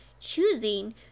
choosing